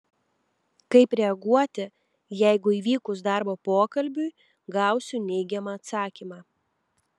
kaip reaguoti jeigu įvykus darbo pokalbiui gausiu neigiamą atsakymą